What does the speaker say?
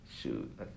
shoot